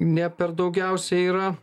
ne per daugiausiai yra